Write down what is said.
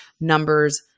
numbers